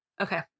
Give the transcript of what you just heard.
okay